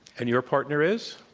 and your partner is?